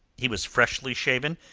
he was freshly shaven,